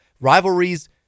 Rivalries